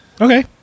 Okay